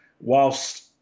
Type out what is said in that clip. whilst